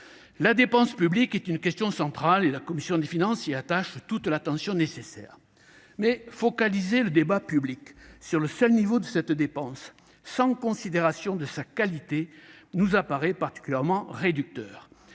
La dépense publique est une question centrale, à laquelle la commission des finances prête toute l'attention nécessaire, mais focaliser le débat public sur le seul niveau de cette dépense sans considération de sa qualité nous apparaît particulièrement réducteur.